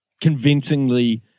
convincingly